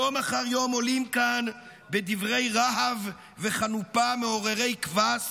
יום אחר יום עולים כאן בדברי רהב וחנופה מעוררי קבס,